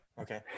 Okay